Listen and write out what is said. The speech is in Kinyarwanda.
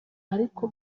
ariko